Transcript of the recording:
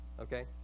Okay